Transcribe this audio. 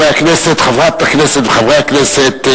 חברת הכנסת וחברי הכנסת,